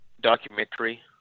documentary